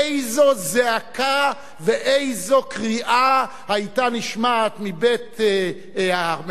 איזו זעקה ואיזו קריאה היתה נשמעת מבית-המחוקקים